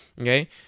Okay